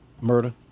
murder